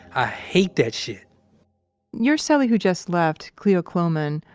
ah hate that shit your cellie who just left, cleo cloeman,